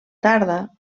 tarda